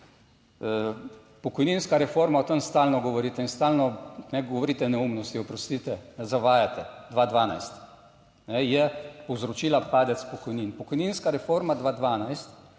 Pokojninska reforma, o tem stalno govorite in stalno ne govorite neumnosti, oprostite, ne, zavajate. 2012 je povzročila padec pokojnin. Pokojninska reforma 2012